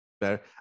better